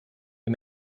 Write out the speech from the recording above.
die